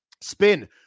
Spin